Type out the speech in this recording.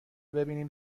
ببینیم